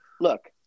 look –